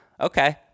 okay